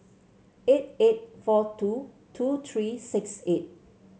eight eight four two two three six eight